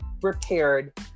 prepared